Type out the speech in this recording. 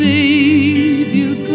Savior